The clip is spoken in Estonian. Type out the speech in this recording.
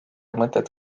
mõtet